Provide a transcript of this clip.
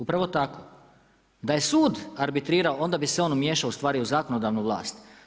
Upravo tako, da je sud arbitrirao onda bi se on umiješao ustvari u zakonodavnu vlast.